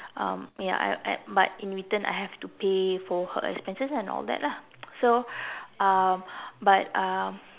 um ya at at but in return I have to pay for her expenses and all that lah so um but um